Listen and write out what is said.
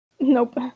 Nope